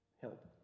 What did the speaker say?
help